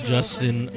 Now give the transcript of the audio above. Justin